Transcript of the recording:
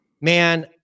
man